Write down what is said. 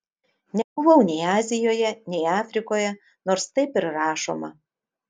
nebuvau nei azijoje nei afrikoje nors taip ir rašoma